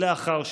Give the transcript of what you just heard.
לאחר שתוכח.